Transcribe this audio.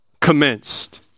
commenced